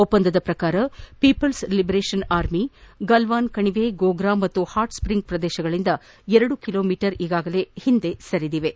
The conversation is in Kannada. ಒಪ್ಪಂದದಂತೆ People's Liberation Army Galwan Gogra ಗೋಗ್ರಾ ಹಾಗೂ ಹಾಟ್ಸ್ಟಿಂಗ್ಸ್ ಪ್ರದೇಶಗಳಿಂದ ಎರಡು ಕಿಲೋ ಮೀಟರ್ ಈಗಾಗಲೇ ಹಿಂದೆ ಸರಿದಿವೆ